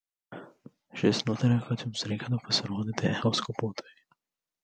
šis nutarė kad jums reikėtų pasirodyti echoskopuotojui